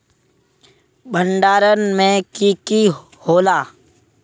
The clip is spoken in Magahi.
भण्डारण में की की होला?